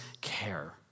care